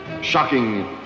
Shocking